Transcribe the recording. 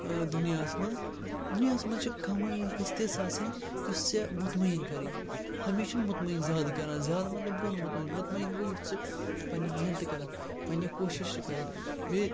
دُنیاہَس منٛز دُنیاہَس منٛز چھِ کَمٲے یہِ گٔژھ تِژھ آسٕنۍ یُس ژےٚ مطمعین کَرِ ہمیشہِ چھُنہٕ مطمعین زیادٕ کَران زیادٕ مطلب گوٚو نہٕ مطمعین مطمعین یُس ژٕ پنٛنہِ محنتہٕ کَرَکھ پنٛنہِ کوٗشِشہِ کَرَکھ بیٚیہِ